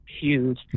huge